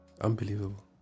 Unbelievable